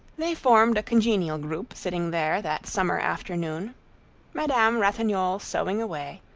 they formed a congenial group sitting there that summer afternoon madame ratignolle sewing away,